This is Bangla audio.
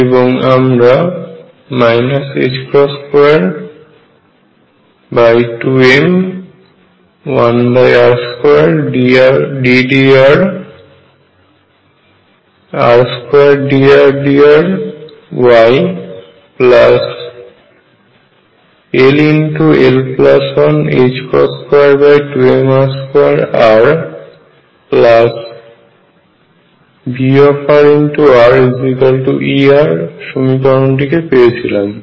এবং আমরা 22m1r2ddrr2dRdrYll122mr2RVrRER সমীকরণটিকে পেয়েছিলাম